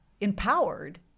empowered